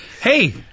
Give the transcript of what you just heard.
Hey